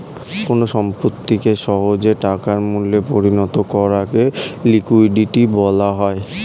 কোন সম্পত্তিকে সহজে টাকার মূল্যে পরিণত করাকে লিকুইডিটি বলা হয়